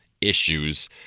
issues